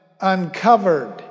uncovered